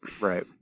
right